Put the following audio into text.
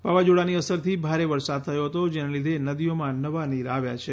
વાવાઝોડાની અસરથી ભારે વરસાદ થયો હતો જેને લીધે નદીઓમાં નવા નીર આવ્યા છે